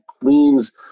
Queens